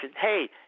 hey